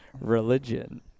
religion